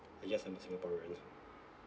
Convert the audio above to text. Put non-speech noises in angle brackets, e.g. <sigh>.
yes I'm a singaporean <laughs>